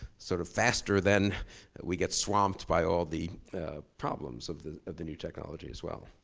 sort of faster than we get swamped by all the problems of the of the new technology as well.